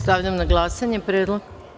Stavljam na glasanje predlog.